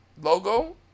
logo